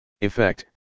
Effect